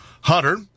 Hunter